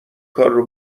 کارو